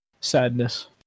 Sadness